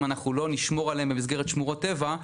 אם אנחנו לא נשמור עליהן במסגרת שמורות טבע,